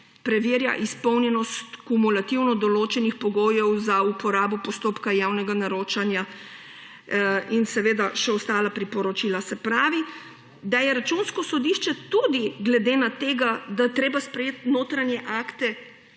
preverja izpolnjenost kumulativno določenih pogojev za uporabo postopka javnega naročanja, in seveda še ostala priporočila. Se pravi, da je Računsko sodišče tudi glede tega, da je treba sprejeti notranje akte,